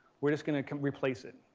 we're just going to replace it.